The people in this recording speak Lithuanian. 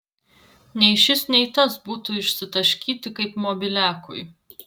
nei šis nei tas būtų išsitaškyti kaip mobiliakui